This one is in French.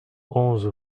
onze